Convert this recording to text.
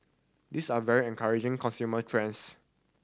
these are very encouraging consumer trends